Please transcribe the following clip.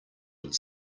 would